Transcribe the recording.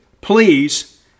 Please